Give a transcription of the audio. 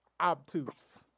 obtuse